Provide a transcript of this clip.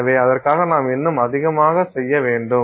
எனவே அதற்காக நாம் இன்னும் அதிகமாக செய்ய வேண்டும்